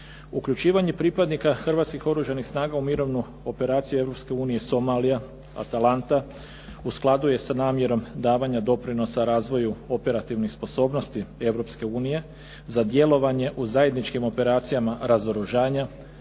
Uključivanje pripadnika hrvatskih Oružanih snaga u Mirovnu operaciju Europske unije Somalija-Atalanta u skladu je sa namjerom davanja doprinosa razvoju operativnih sposobnosti Europske unije, za djelovanje u zajedničkim operacijama razoružanja,